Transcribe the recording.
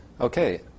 Okay